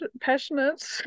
passionate